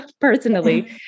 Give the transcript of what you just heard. personally